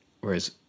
whereas